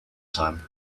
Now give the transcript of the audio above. time